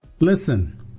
Listen